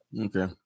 Okay